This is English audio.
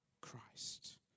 Christ